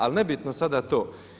Al nebitno sada to.